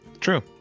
True